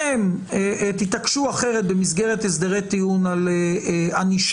אתם תתעקשו אחרת במסגרת הסדרי טיעון על ענישה.